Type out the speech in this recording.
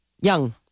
young